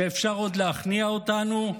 שאפשר עוד להכניע אותנו,